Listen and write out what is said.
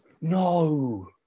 No